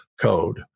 Code